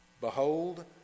Behold